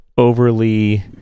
overly